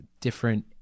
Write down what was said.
Different